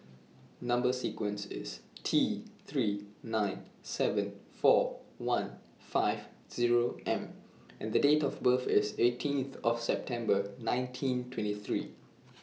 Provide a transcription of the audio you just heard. Number sequence IS T three nine seven four one five Zero M and Date of birth IS eighteenth of September nineteen twenty three